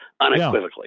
unequivocally